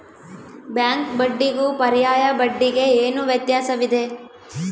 Bank ಬಡ್ಡಿಗೂ ಪರ್ಯಾಯ ಬಡ್ಡಿಗೆ ಏನು ವ್ಯತ್ಯಾಸವಿದೆ?